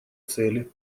цели